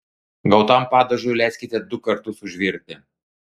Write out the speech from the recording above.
gautam padažui leiskite du kartus užvirti